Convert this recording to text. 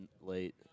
late